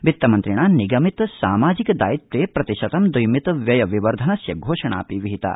वित्तमन्त्रिणा निगमित सामाजिक दायित्वे प्रतिशतं द्वि मित व्यय विवर्धनस्य घोषणापि विहिता